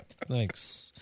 Thanks